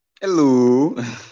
hello